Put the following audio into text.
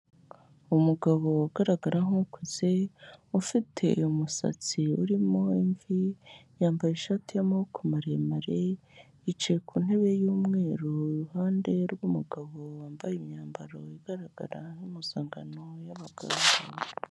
Umugabo ugaragara nk'ukuze, ufite umusatsi urimo imvi, yambaye ishati y'amaboko maremare, yicaye ku ntebe y'umweru iruhande rw'umugabo, wambaye imyambaro igaragara nk'umpuzangano y'abaganga.